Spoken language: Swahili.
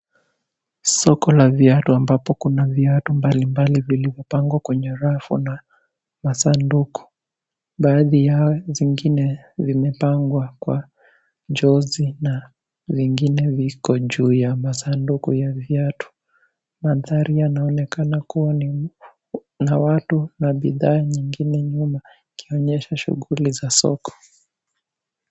Soko la viatu ambapo kuna viatu mbalimbali vilivyopangwa kwenye rafu na masanduku. Baadhi yao zingine vimepangwa kwa jozi na vingine viko juu ya masanduku ya viatu. Mandhari yanaonekana kuwa ni na watu na bidhaa nyingine nyuma ikionyesha shughuli za soko.